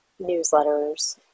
newsletters